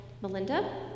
Melinda